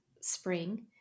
spring